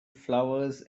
flowers